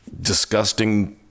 disgusting